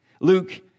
Luke